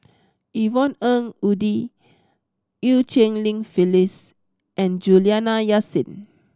Yvonne Ng Uhde Eu Cheng Li Phyllis and Juliana Yasin